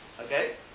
Okay